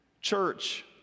Church